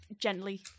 gently